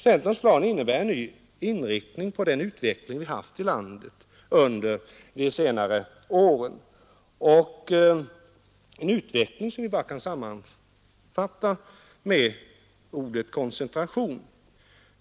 Centerns plan innebär en ny inriktning av den utveckling vi haft i landet under senare år, en utveckling som vi bara kan sammanfatta med ordet koncentration.